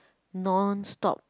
non-stop